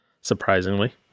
Surprisingly